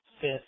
fifth